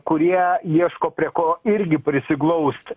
kurie ieško prie ko irgi prisiglaust